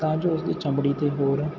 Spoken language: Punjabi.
ਤਾਂ ਜੋ ਉਸਦੀ ਚਮੜੀ ਤੇ ਹੋਰ ਭਾਵਨਾ ਪੈ ਸਕੇ